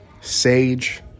Sage